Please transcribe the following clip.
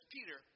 Peter